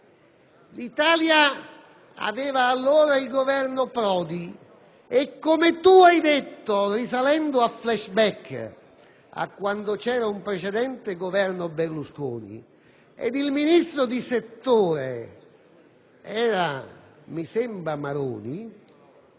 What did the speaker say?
L'Italia aveva allora il Governo Prodi e, come lei ha detto risalendo in *flashback* a quando c'era un precedente Governo Berlusconi ed il ministro di settore era, mi sembra, Maroni,